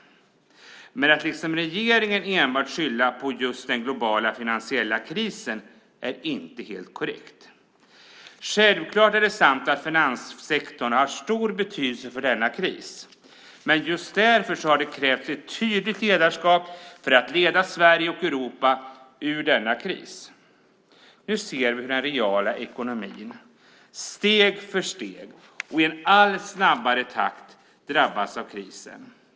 Men att liksom regeringen enbart skylla på den globala finansiella krisen är inte helt korrekt. Självklart är det sant att finanssektorn har stor betydelse för denna kris, men just därför har det krävts ett tydligt ledarskap för att leda Sverige och Europa ur denna kris. Nu ser vi hur den reala ekonomin steg för steg och i en allt snabbare takt drabbas av krisen.